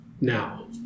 now